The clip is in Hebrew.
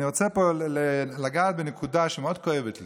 אני רוצה לגעת פה בנקודה שמאוד כואבת לי.